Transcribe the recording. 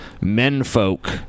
menfolk